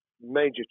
major